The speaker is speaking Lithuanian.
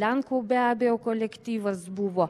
lenkų be abejo kolektyvas buvo